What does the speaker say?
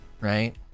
right